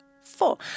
four